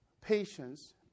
patience